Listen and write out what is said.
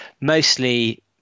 mostly